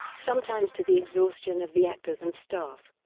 sometimes to the exhaustion of the actors and staff.